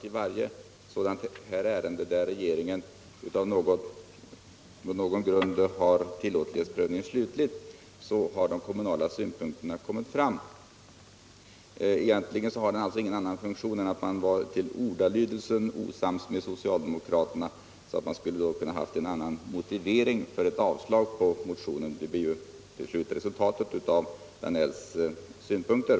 I varje sådant här ärende, där regeringen av något skäl utför den slutliga tillåtlighetsprövningen, har de kommunala synpunkterna kommit fram. Egentligen beror denna reservation på att man i fråga om ordalydelsen var osams med socialdemokraterna. Man ville ha en annan motivering för ett avslag på motionen. Det blir slutresultatet av herr Danells synpunkter.